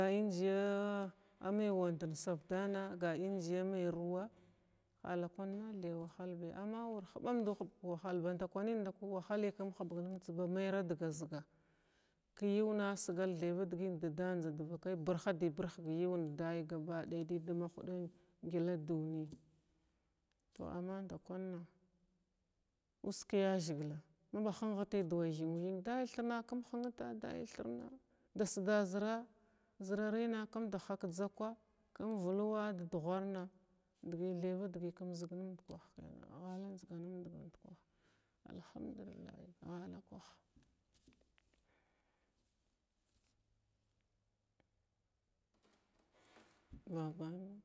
A amay wandən sivdana ga injiya may ruwa tahalakwa ma thay wahal biya amma wur huɓamduhuɓg ka wahal badakwanən ndakəy wahal badakwanən ndakəy wahaləy kum hubg mumda ba mayriya dəga zəga kn yuna asigah thava dəgəy dadan njza dvakay birhada birg yuw;n day ba gaɓaday dədama huda gha ndini tow amma ndakwanna usk yazəgil ma ba hənhəti da way thimuthinga dalay thirna kum hənta dalay thirna da sda zəra zararina kun da hi ka jzakwa kun vluwa da duhwarna thay va dəgy kum zəgnənda kwah kina alhamdullah baban.